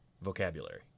vocabulary